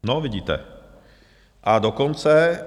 No vidíte, a dokonce...